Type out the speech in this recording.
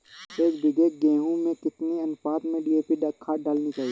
एक बीघे गेहूँ में कितनी अनुपात में डी.ए.पी खाद डालनी चाहिए?